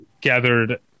gathered